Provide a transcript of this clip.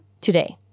today